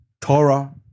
Torah